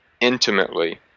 intimately